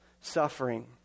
suffering